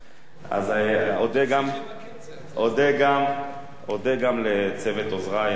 אודה גם לצוות עוזרי הנאמן: